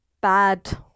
bad